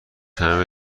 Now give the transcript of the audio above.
همه